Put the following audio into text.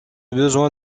besoin